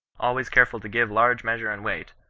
always careful to give large measure and weight,